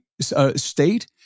state